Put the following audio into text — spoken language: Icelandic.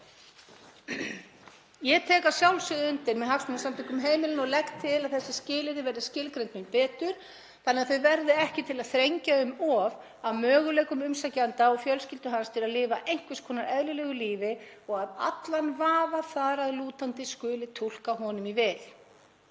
Ég tek að sjálfsögðu undir með Hagsmunasamtökum heimilanna og legg til að þessi skilyrði verði skilgreind betur þannig að þau verði ekki til að þrengja um of að möguleikum umsækjanda og fjölskyldu hans til að lifa einhvers konar eðlilegu lífi og að allan vafa þar að lútandi skuli túlka honum í vil.